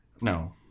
No